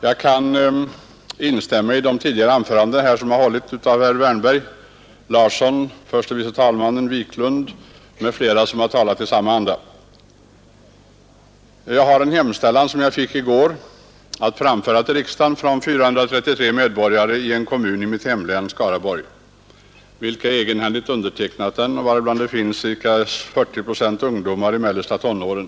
Jag kan helt instämma i de anföranden som tidigare har hållits av herrar Wärnberg, Larsson i Umeå, förste vice talmannen Bengtson och Wiklund i Stockholm och andra som har talat i samma anda. Jag har en hemställan, som jag fick i går, att framföra till riksdagen från 433 medborgare i en kommun i mitt hemlän — Skaraborgs län — som egenhändigt undertecknat den. Av dem är ca 40 procent ungdomar i mellersta tonåren.